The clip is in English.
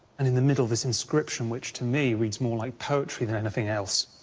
and in the middle, this inscription, which, to me, reads more like poetry than anything else.